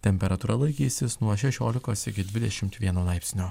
temperatūra laikysis nuo šešiolikos iki dvidešimt vieno laipsnio